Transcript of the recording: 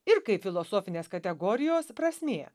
ir kaip filosofinės kategorijos prasmė